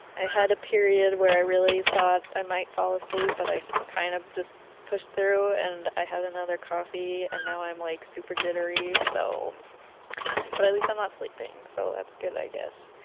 i had a period where i really thought i might fall asleep but i kind of just pushed through and i had another coffee and now i'm like super jittery so but at least i'm not sleeping so that's good i guess,